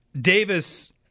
Davis